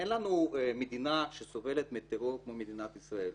מדינה שסובלת מטרור כמו מדינת ישראל.